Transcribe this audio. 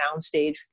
soundstage